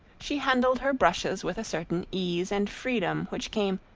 she handled her brushes with a certain ease and freedom which came,